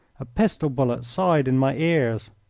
a pistol bullet sighed in my ears.